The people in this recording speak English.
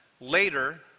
Later